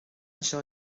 anseo